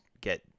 get—